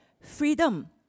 freedom